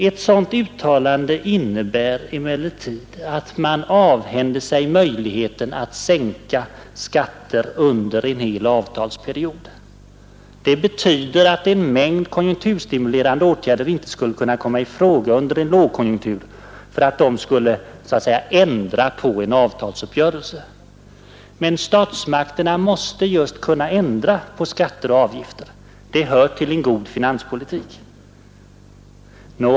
Ett sådant uttalande innebär emellertid att man avhänder sig möjligheten att sänka skatter under en hel avtalsperiod. Det betyder, att en mängd konjunkturstimulerande åtgärder inte skulle kunna komma i fråga under en lågkonjunktur för att de skulle ”ändra” på en avtalsuppgörelse. Men statsmakterna måste just kunna ändra på skatter och avgifter. Det hör till en god finanspolitik.